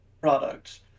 products